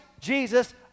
Jesus